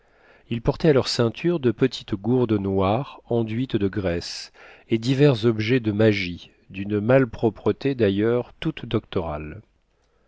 ils portaient à leur ceinture de petites gourdes noires enduites de graisse et divers objets de magie d'une malpropreté d'ailleurs toute doctorale